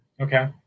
Okay